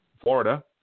Florida